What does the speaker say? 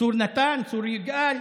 צור נתן, צור יגאל.